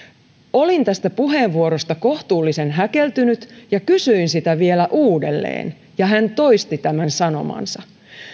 olin tästä puheenvuorosta kohtuullisen häkeltynyt ja kysyin sitä vielä uudelleen hän toisti tämän sanomansa